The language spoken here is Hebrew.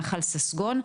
נחל ססגון,